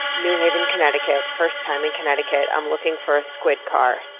new haven, connecticut first time in connecticut. i'm looking for a squid car.